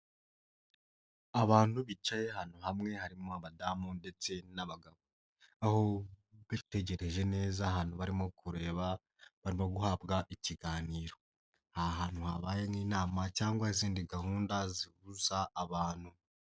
Abantu bicaye hano hamwe harimo abadamu ndetse n'abagabo. Aho bitegereje neza ahantu barimo kureba barimo guhabwa ikiganiro. Aha hantu habaye nk'inama cyangwa izindi gahunda zihuza abantu.